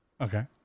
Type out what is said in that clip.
Okay